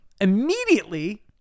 Immediately